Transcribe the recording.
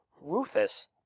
Rufus